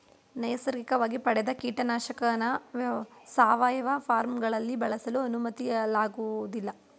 ನೈಸರ್ಗಿಕವಾಗಿ ಪಡೆದ ಕೀಟನಾಶಕನ ಸಾವಯವ ಫಾರ್ಮ್ಗಳಲ್ಲಿ ಬಳಸಲು ಅನುಮತಿಸಲಾಗೋದಿಲ್ಲ